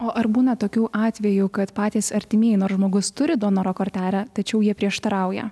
o ar būna tokių atvejų kad patys artimieji nors žmogus turi donoro kortelę tačiau jie prieštarauja